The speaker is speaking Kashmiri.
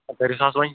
ہے کٔرۍوُس حظ وۄنۍ